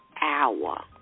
hour